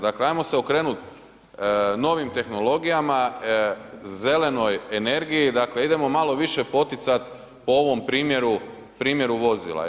Dakle ajmo se okrenuti novim tehnologijama, zelenoj energiji, dakle idemo malo više poticat po ovom primjeru vozila.